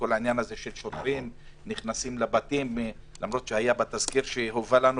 כל העניין של שוטרים שנכנסים לבתים ועניין האכיפה.